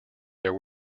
their